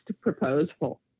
proposal